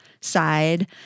side